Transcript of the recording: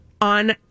on